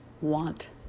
want